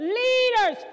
leaders